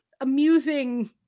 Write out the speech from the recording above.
amusing